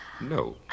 No